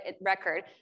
record